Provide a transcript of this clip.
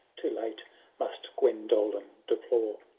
too late must guendolen deplore.